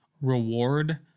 reward